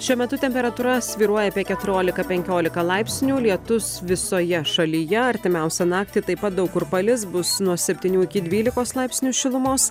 šiuo metu temperatūra svyruoja apie keturiolika penkiolika laipsnių lietus visoje šalyje artimiausią naktį taip pat daug kur palis bus nuo septynių iki dvylikos laipsnių šilumos